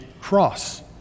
cross